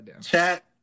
chat